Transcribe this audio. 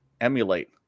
emulate